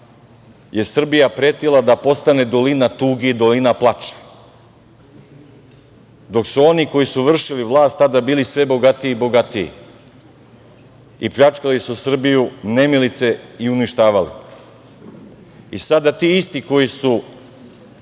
je Srbija pretila da postane dolina tuge i dolina plača, dok su oni koji su vršili vlast tada bili sve bogatiji i bogatiji i pljačkali su Srbiju nemilice i uništavali i sada ti isti koji su…